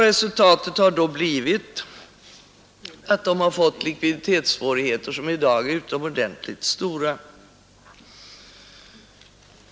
Resultatet har då blivit att de har fått likviditetssvårigheter som i dag är utomordentligt stora.